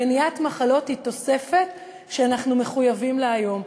ומניעת מחלות היא תוספת שאנחנו מחויבים לה היום,